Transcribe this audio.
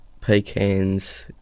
pecans